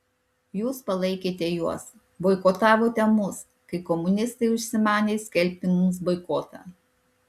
jūs palaikėte juos boikotavote mus kai komunistai užsimanė skelbti mums boikotą